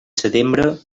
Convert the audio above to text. setembre